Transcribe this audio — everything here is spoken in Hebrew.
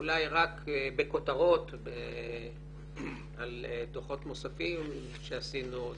אולי רק בכותרות על דוחות נוספים שעשינו: